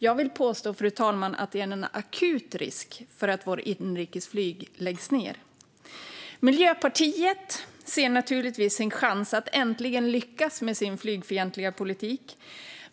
Jag vill påstå, fru talman, att det är en akut risk för att vårt inrikesflyg läggs ned. Miljöpartiet ser naturligtvis sin chans att äntligen lyckas med sin flygfientliga politik.